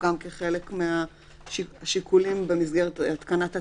גם כחלק מהשיקולים במסגרת התקנת התקנות.